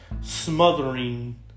smothering